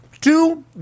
Two